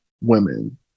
women